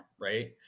right